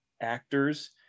actors